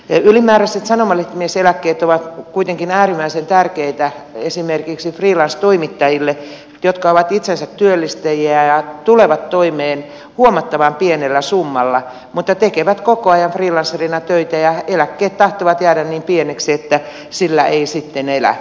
ylimääräiset sanomalehtimieseläkkeet ovat kuitenkin äärimmäi sen tärkeitä esimerkiksi freelance toimittajille jotka ovat itsensä työllistäjiä ja tulevat toimeen huomattavan pienellä summalla mutta tekevät koko ajan freelancerina töitä ja eläkkeet tahtovat jäädä niin pieniksi että niillä ei sitten elä